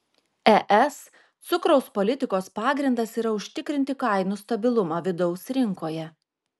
es cukraus politikos pagrindas yra užtikrinti kainų stabilumą vidaus rinkoje